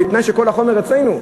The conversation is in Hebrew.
אבל בתנאי שכל החומר אצלנו,